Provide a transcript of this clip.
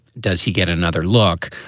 does he get another look?